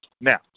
Now